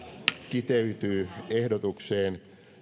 kiteytyy ehdotukseen